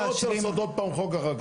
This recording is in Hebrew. אבל אני לא רוצה לעשות עוד פעם חוק אחר כך.